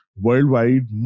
worldwide